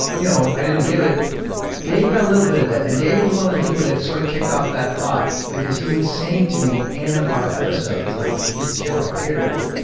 you know, i didn't give it dave got a little bit of it. and dave was one of the people that sort of kicked off that thought, because he was saying to me in our episodes, like, jesus, you're like here today.